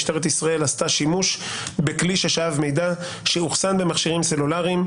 משטרת ישראל עשתה שימוש בכלי ששאב מידע שאוחסן במכשירים סלולריים,